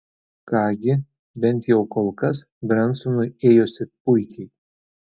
ką gi bent jau kol kas brensonui ėjosi puikiai